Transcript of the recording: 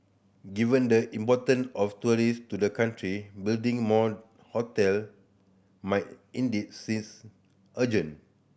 given the important of tourist to the country building more hotel might indeed sees urgent